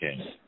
Okay